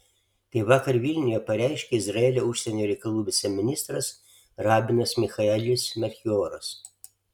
tai vakar vilniuje pareiškė izraelio užsienio reikalų viceministras rabinas michaelis melchioras